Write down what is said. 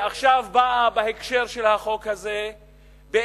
שבאה עכשיו בהקשר של החוק הזה בעצם